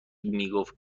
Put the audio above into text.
میگفت